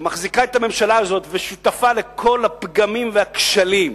שמחזיקה את הממשלה הזאת ושותפה לכל הפגמים והכשלים,